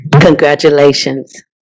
Congratulations